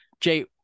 Jay